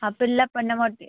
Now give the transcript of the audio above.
அப்பல்லாம் பண்ண மாட்டேன்